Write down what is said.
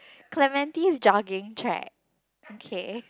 Clementine's jogging track okay